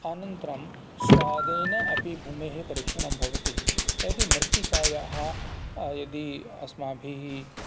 अनन्तरं स्वादेन अपि भूमेः परीक्षणं भवति यदि मृत्तिकायाः यदि अस्माभिः